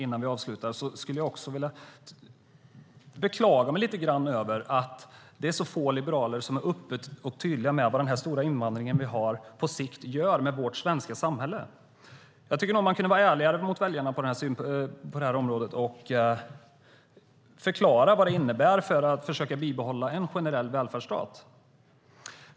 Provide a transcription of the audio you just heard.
Innan vi avslutar skulle jag vilja beklaga mig lite grann över att det är så få liberaler som är öppna och tydliga med vad den stora invandring vi har på sikt gör med vårt svenska samhälle. Man kunde vara ärligare mot väljarna på detta område och förklara vad det innebär för att försöka bibehålla en generell välfärdsstat.